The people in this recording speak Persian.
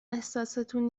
احساستون